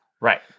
Right